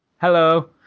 Hello